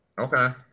Okay